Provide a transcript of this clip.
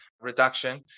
reduction